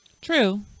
true